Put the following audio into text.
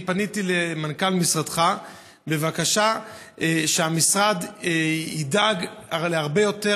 פניתי אל מנכ"ל משרדך בבקשה שהמשרד ידאג להרבה יותר,